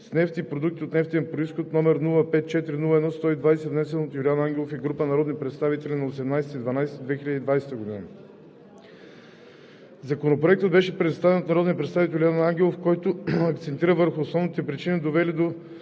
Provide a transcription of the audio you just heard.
с нефт и продукти от нефтен произход, № 054-01-120, внесен от Юлиан Ангелов и група народни представители на 18 декември 2020 г. Законопроектът беше представен от народния представител Юлиан Ангелов, който акцентира върху основните причини, довели до